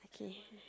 okay